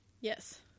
Yes